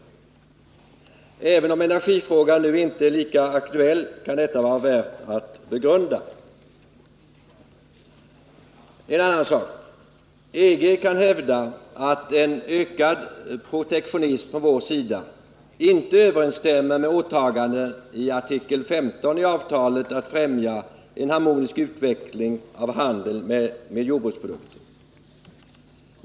Detta kan vara värt att begrunda, även om energifrågan nu inte är lika aktuell som tidigare. En annan sak: EG kan hävda att en ökad protektionism från vår sida inte överensstämmer med åtagandet i artikel 15 i avtalet — att främja en harmonisk utveckling av handel med jordbruksprodukter.